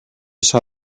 saw